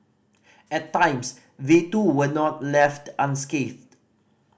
at times they too were not left unscathed